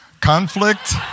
Conflict